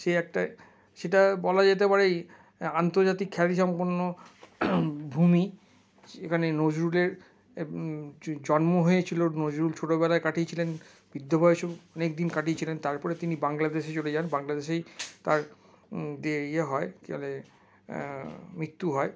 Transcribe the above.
সে একটা সেটা বলা যেতে পারে আন্তর্জাতিক খ্যাতি সম্পন্ন ভূমি এখানে নজরুলের জন্ম হয়েছিলো নজরুল ছোটোবেলা কাটিয়ে ছিলেন বৃদ্ধ বয়সেও অনেকদিন কাটিয়ে ছিলেন তারপরে তিনি বাংলাদেশে চলে যান বাংলাদেশেই তার হয় কি বলে মৃত্যু হয়